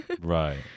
Right